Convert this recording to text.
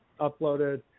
uploaded